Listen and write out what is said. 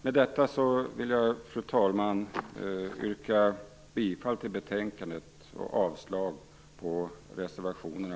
Med detta vill jag, fru talman, yrka bifall till hemställan i betänkandet och avslag på reservationerna.